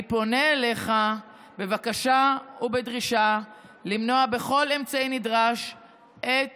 אני פונה אליך בבקשה ובדרישה למנוע בכל אמצעי נדרש את